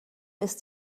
ist